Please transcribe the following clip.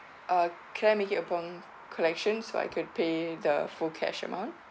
uh can I make it upon collections so I could pay the full cash amount